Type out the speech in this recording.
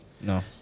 no